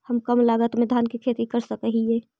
हम कम लागत में धान के खेती कर सकहिय?